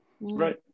Right